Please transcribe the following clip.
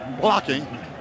blocking